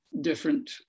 different